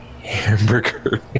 Hamburger